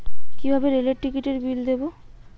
কিভাবে রেলের টিকিটের বিল দেবো?